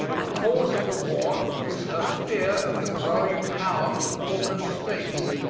the cause of the war is her fear of the growing power of the balkan states,